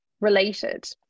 related